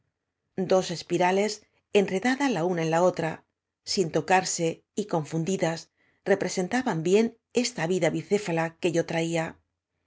espira lesf enredada la una en la otra sin tocarse y codíundidas representaa bien esta vida bícócaia que o traía